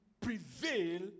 prevail